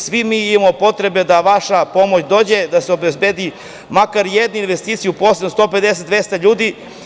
Svi mi imamo potrebe da vaša pomoć dođe, da se obezbedi makar jedna investicija i uposli 150 do 200 ljudi.